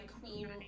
Queen